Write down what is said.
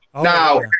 Now